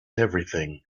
everything